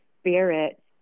spirit